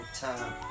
time